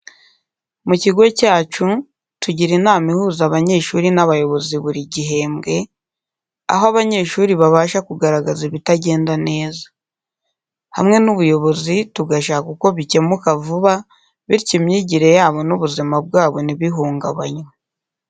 Mu kigo cyacu, tugira inama ihuza abanyeshuri n’abayobozi buri gihembwe, aho abanyeshuri babasha kugaragaza ibitagenda neza. Hamwe n’ubuyobozi, tugashaka uko bikemuka vuba, bityo imyigire yabo n’ubuzima bwabo ntibihungabanywe.